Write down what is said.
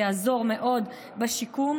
וזה יעזור מאוד בשיקום.